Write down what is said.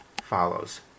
follows